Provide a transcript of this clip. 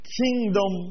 kingdom